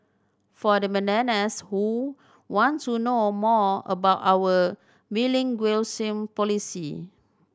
for the bananas who want to know more about our bilingualism policy